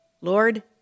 Lord